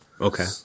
Okay